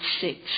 six